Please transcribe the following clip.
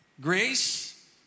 Grace